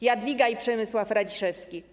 Jadwiga i Przemysław Radziszewski”